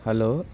hello